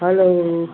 hello